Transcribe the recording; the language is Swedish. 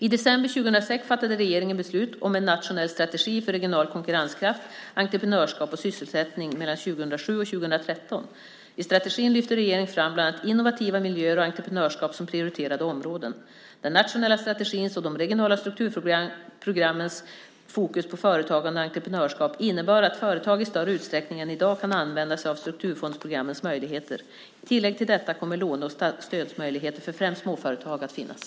I december 2006 fattade regeringen beslut om en nationell strategi för regional konkurrenskraft, entreprenörskap och sysselsättning mellan 2007 och 2013. I strategin lyfter regeringen fram bland annat innovativa miljöer och entreprenörskap som prioriterade områden. Den nationella strategins och de regionala strukturfondsprogrammens fokus på företagande och entreprenörskap innebär att företag i större utsträckning än i dag kan använda sig av strukturfondsprogrammens möjligheter. I tillägg till detta kommer låne och stödmöjligheter för främst småföretag att finnas.